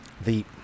the-